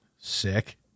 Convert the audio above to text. sick